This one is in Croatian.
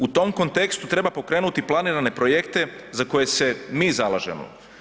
U tom kontekstu treba pokrenuti planirane projekte za koje se mi zalažemo.